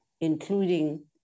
including